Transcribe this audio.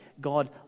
God